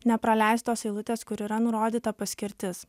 nepraleist tos eilutės kur yra nurodyta paskirtis